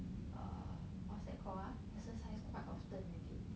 err what's that called ah exercise quite often already